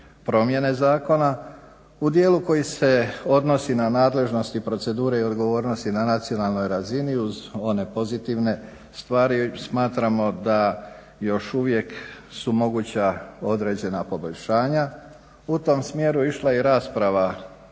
promjene zakona u dijelu koji se odnosi na nadležnost i procedure i odgovornosti na nacionalnoj razini uz one pozitivne stvari, smatramo da su još uvijek moguća određena poboljšanja. U tom smjeru išla je i rasprava